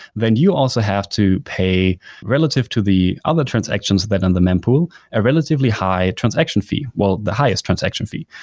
then you also have to pay relative to the other transactions that in the mempool a relatively high transaction fee. well, the highest transaction fee.